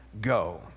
go